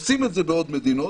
עושים את זה בעוד מדינות.